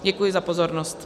Děkuji za pozornost.